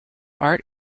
art